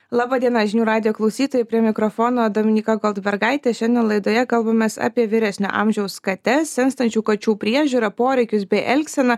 laba diena žinių radijo klausytojai prie mikrofono dominyka goldbergaitė šiandien laidoje kalbamės apie vyresnio amžiaus kates senstančių kačių priežiūrą poreikius bei elgseną